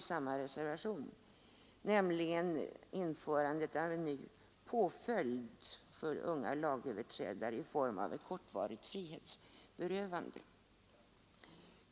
I samma reservation föreslås införandet av en ny påföljd för unga lagöverträdare i form av ett kortvarigt frihetsberövande.